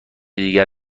دیگر